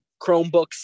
Chromebooks